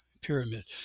pyramid